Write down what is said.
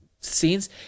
scenes